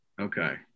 Okay